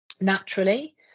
naturally